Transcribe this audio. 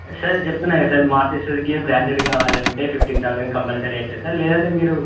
sir చెప్తున్నాను కదా sir మార్కెసస్కి బ్రాండెడ్ కావాలంటే ఫిఫ్టీన్ థౌజండ్ కంపల్సరీ అవుతుంది సార్ లేదంటే మీరు